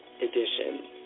edition